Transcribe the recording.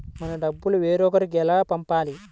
మన డబ్బులు వేరొకరికి ఎలా పంపాలి?